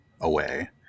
away